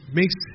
makes